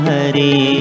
Hari